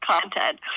content